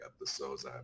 episodes